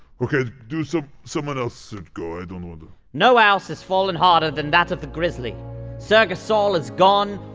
ok, do some someone else should go. i don't want to. no house has fallen harder than that of the grizzly ser gasol is gone,